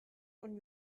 und